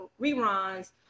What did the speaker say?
reruns